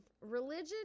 religion